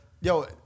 Yo